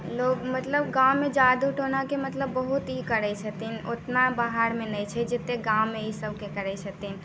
लोक मतलब गाँवमे जादू टोनाके मतलब बहुत ई करै छथिन ओतना बाहरमे नहि छै जतेक गाँवमे ईसबके करै छथिन